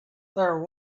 there